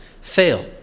fail